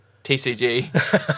TCG